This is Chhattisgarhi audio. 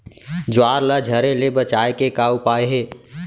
ज्वार ला झरे ले बचाए के का उपाय हे?